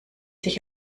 sich